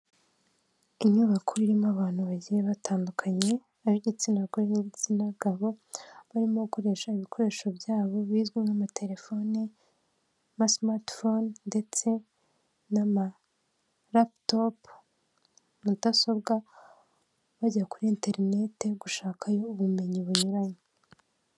Inyubako irimo abantu bagiye batandukanye, ab'igitsina gore n'igitsina gabo, barimo gukoresha ibikoresho byabo bizwi nk'amatelefone, amasimstifone ndetse n'amaraputopu mudasobwa, bajya kuri interineti gushakayo ubumenyi bunyuranye.